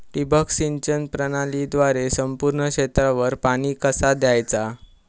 ठिबक सिंचन प्रणालीद्वारे संपूर्ण क्षेत्रावर पाणी कसा दयाचा?